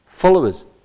followers